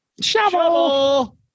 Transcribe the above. shovel